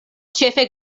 ĉefe